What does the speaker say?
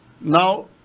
now